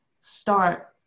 start